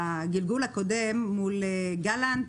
בגלגול הקודם מול גלנט,